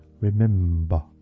remember